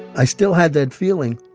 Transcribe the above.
i still had that feeling,